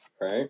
Right